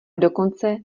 dokonce